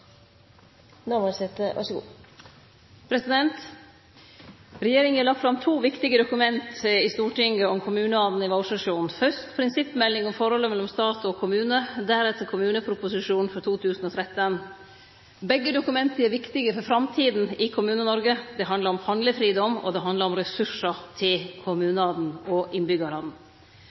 Regjeringa har lagt fram to viktige dokument i Stortinget om kommunane i vårsesjonen: fyrst prinsippmeldinga om forholdet mellom staten og kommunane, deretter kommuneproposisjonen for 2013. Begge dokumenta er viktige for framtida i Kommune-Noreg. Det handlar om handlefridom, og det handlar om ressursar til kommunane og